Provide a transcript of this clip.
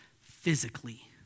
physically